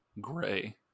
gray